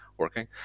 working